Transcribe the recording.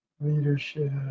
leadership